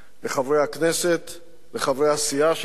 לחברי הכנסת, לחברי הסיעה שלי,